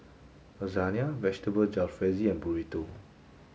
Lasagna Vegetable Jalfrezi and Burrito